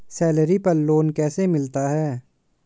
Salary पर loan कैसे मिलता है?